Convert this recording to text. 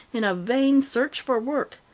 in a vain search for work.